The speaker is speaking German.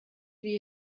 wie